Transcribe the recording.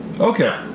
Okay